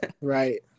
Right